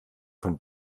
von